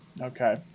Okay